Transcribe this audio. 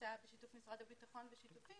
שנעשה בשיתוף משרד הביטחון ושיתופים